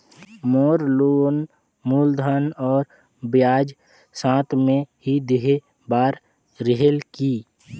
मोर loan मूलधन और ब्याज साथ मे ही देहे बार रेहेल की?